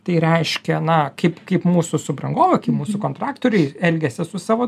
tai reiškia na kaip kaip mūsų subrangovai kaip mūsų kontraktoriai elgiasi su savo